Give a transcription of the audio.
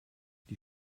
die